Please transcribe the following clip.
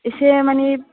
एसे माने